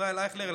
ישראל אייכלר,